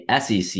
sec